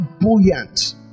buoyant